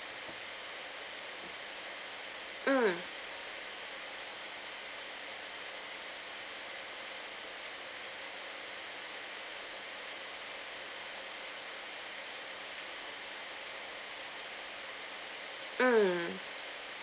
mm mm